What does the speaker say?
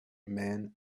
men